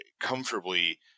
comfortably